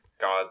God